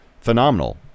phenomenal